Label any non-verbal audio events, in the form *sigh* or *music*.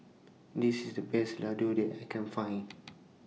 This IS The Best Ladoo that I Can Find *noise*